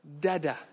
Dada